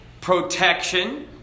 protection